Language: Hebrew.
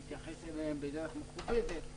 נתייחס אליהם בדרך מכובדת.